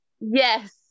Yes